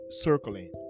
circling